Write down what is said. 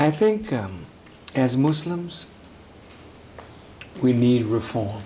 i think as muslims we need reform